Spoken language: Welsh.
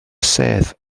sedd